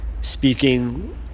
speaking